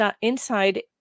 inside